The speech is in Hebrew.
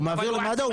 הוא מעביר למד"א,